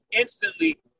instantly